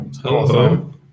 Hello